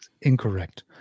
Incorrect